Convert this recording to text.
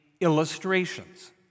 illustrations